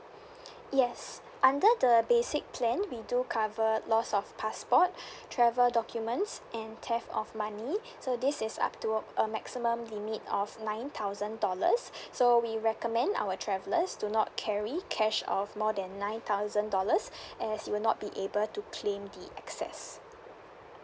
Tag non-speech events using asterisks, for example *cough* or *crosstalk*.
*breath* yes under the basic plan we do cover loss of passport travel documents and theft of money so this is up to a maximum limit of nine thousand dollars so we recommend our travellers do not carry cash of more than nine thousand dollars as you will not be able to claim the excess